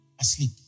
asleep